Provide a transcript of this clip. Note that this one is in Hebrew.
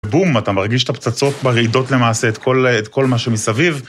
‫בום, אתה מרגיש את הפצצות ברעידות ‫למעשה, את כל מה שמסביב.